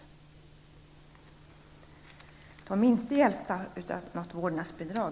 Dessa kvinnor är inte hjälpta av något vårdnadsbidrag.